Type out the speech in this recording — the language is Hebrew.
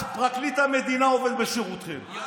אז פרקליט המדינה עובד בשירותכם,